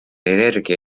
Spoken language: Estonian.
energia